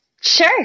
Sure